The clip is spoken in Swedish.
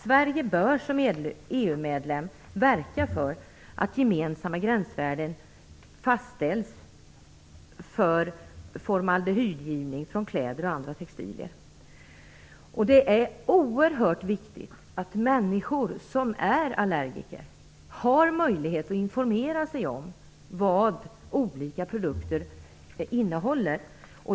Sverige bör som EU-medlem verka för att gemensamma gränsvärden fastställs för formaldehydgivning från kläder och andra textilier. Det är oerhört viktigt att människor som är allergiker har möjlighet att informera sig om vad olika produkter innehåller.